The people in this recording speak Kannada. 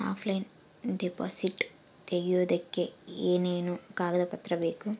ಆಫ್ಲೈನ್ ಡಿಪಾಸಿಟ್ ತೆಗಿಯೋದಕ್ಕೆ ಏನೇನು ಕಾಗದ ಪತ್ರ ಬೇಕು?